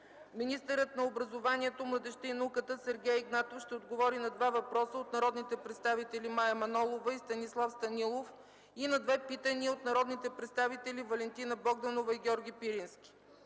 Министърът на образованието, младежта и науката Сергей Игнатов ще отговори на 2 въпроса от народните представители Мая Манолова и Станислав Станилов и на 2 питания от народните представители Валентина Богданова и Георги Пирински.